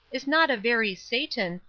is not a very satan,